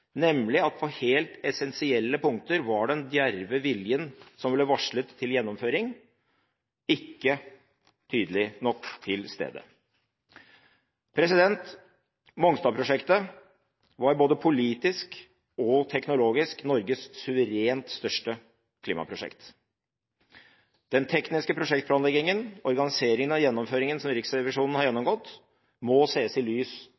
nemlig at på helt essensielle punkter var den djerve viljen, som ville varslet til gjennomføring, ikke tydelig nok til stede. Mongstad-prosjektet var både politisk og teknologisk Norges suverent største klimaprosjekt. Den tekniske prosjektplanleggingen, organiseringen og gjennomføringen, som Riksrevisjonen har gjennomgått, må ses i lys